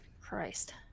Christ